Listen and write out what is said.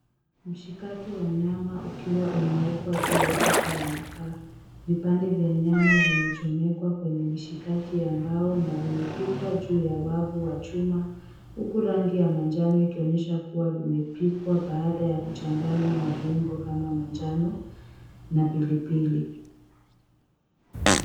Mshikaki wa nyama ukiwa unaokwa juu ya jiko la makaa. Vipande vya nyama vimechomekwa kwenye mishikaki ya mbao na vimepikwa juu ya wavu wa chuma huku rangi ya manjano ikionyesha kuwa vimepikwa baada ya kuchanganywa na viungo kama manjano na pilipili.